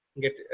get